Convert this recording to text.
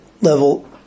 level